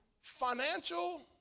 financial